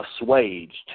assuaged